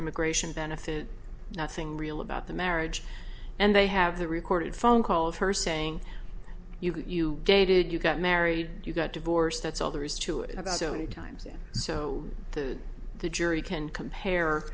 immigration benefit nothing real about the marriage and they have the recorded phone calls her saying you got you dated you got married you got divorced that's all there is to it so many times it so the the jury can compare